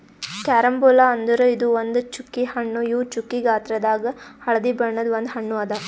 carambola ಅಂದುರ್ ಇದು ಒಂದ್ ಚ್ಚುಕಿ ಹಣ್ಣು ಇವು ಚ್ಚುಕಿ ಗಾತ್ರದಾಗ್ ಹಳದಿ ಬಣ್ಣದ ಒಂದ್ ಹಣ್ಣು ಅದಾ